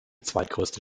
zweitgrößte